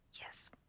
Yes